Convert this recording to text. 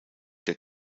der